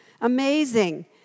Amazing